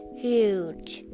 huge.